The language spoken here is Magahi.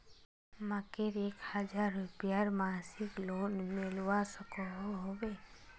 मकईर एक हजार रूपयार मासिक लोन मिलवा सकोहो होबे?